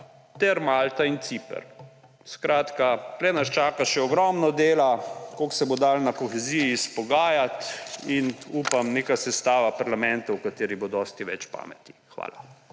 ter Malta in Ciper. Skratka, tu nas čaka še ogromno dela, koliko se bo dalo na koheziji izpogajati, in upam, neka sestava parlamenta, v kateri bo dosti več pameti. Hvala.